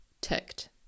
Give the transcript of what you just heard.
ticked